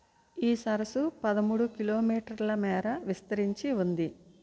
ఈ సరసు పదమూడు కిలోమీటర్ల మేర విస్తరించి ఉంది